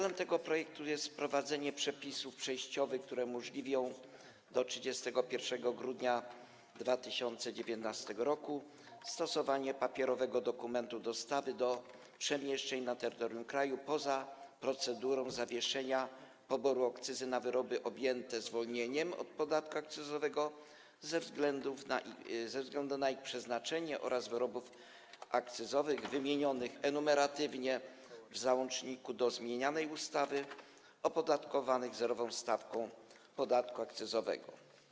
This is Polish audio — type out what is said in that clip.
Celem tego projektu jest wprowadzenie przepisów przejściowych, które do 31 grudnia 2019 r. umożliwią stosowanie papierowego dokumentu dostawy do przemieszczeń na terytorium kraju poza procedurą zawieszenia poboru akcyzy wyrobów objętych zwolnieniem od podatku akcyzowego ze względu na ich przeznaczenie oraz wyrobów akcyzowych wymienionych enumeratywnie w załączniku do zmienianej ustawy, opodatkowanych zerową stawką podatku akcyzowego.